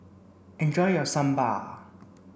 enjoy your Sambar